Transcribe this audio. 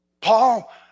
Paul